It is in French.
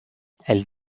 elles